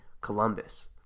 Columbus